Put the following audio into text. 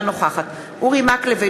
אינה נוכחת אורי מקלב,